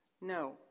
No